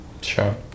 sure